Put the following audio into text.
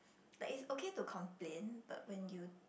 like is okay to complain but when you